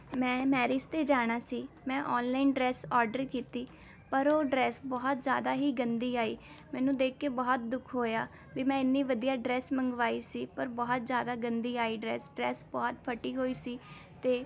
ਮੈਂ ਮੈਰਿਜ 'ਤੇ ਜਾਣਾ ਸੀ ਮੈਂ ਆਨਲਾਈਨ ਡਰੈਸ ਆਰਡਰ ਕੀਤੀ ਪਰ ਉਹ ਡਰੈਸ ਬਹੁਤ ਜ਼ਿਆਦਾ ਹੀ ਗੰਦੀ ਆਈ ਮੈਨੂੰ ਦੇਖ ਕੇ ਬਹੁਤ ਦੁੱਖ ਹੋਇਆ ਵੀ ਮੈਂ ਇੰਨੀ ਵਧੀਆ ਡਰੈਸ ਮੰਗਵਾਈ ਸੀ ਪਰ ਬਹੁਤ ਜ਼ਿਆਦਾ ਗੰਦੀ ਆਈ ਡਰੈਸ ਡਰੈਸ ਬਹੁਤ ਫਟੀ ਹੋਈ ਸੀ ਅਤੇ